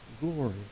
glory